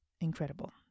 incredible